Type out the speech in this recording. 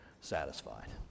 satisfied